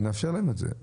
שנאפשר להם את זה,